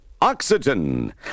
Oxygen